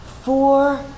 four